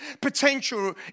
potential